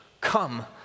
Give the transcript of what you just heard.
Come